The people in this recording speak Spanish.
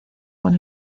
buen